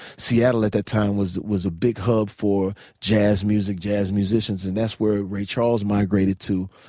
seattle at that time was was a big hub for jazz music, jazz musicians and that's where ah ray charles migrated to.